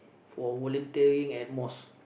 for volunterring at mosque